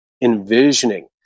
envisioning